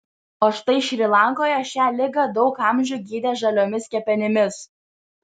o štai šri lankoje šią ligą daug amžių gydė žaliomis kepenimis